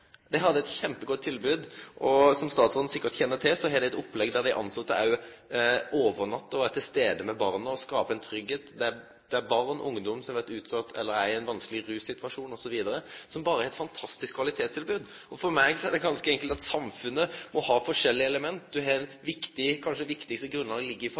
dei i toppsjiktet på kvalitet. Dei hadde eit kjempegodt tilbod. Som statsråden sikkert kjenner til, har dei eit opplegg der dei tilsette òg overnattar og er til stades med barna, og skaper ein tryggleik der barn og ungdom som er i ein vanskeleg russituasjon osv., får eit fantastisk kvalitetstilbod. For meg er det ganske enkelt at samfunnet må ha forskjellige element. Det kanskje viktigaste grunnlaget ligg i